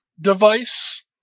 device